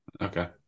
Okay